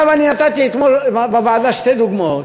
אני נתתי אתמול בוועדה שתי דוגמאות,